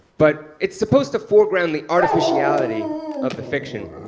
but it's supposed to foreground the artificiality of the fiction.